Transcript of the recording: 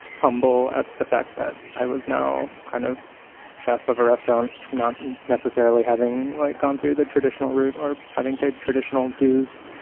humble at the fact that i was now kind of chef of a restaurant, not necessarily having like gone through the traditional route or having paid traditional dues